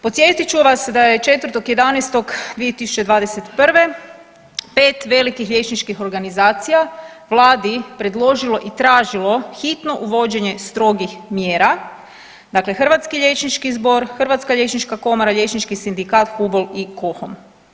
Podsjetit ću vas da je 4.11.2021. pet velikih liječničkih organizacija Vladi predložilo i tražilo hitno uvođenje strogih mjera, dakle Hrvatski liječnički zbor, Hrvatska liječnička komora, Liječnički sindikat, HUBOL i KOHAM.